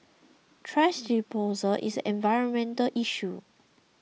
thrash disposal is environmental issue